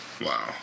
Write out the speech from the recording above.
Wow